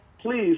please